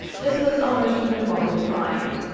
this was almost uniformly declined.